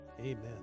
amen